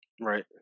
right